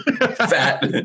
Fat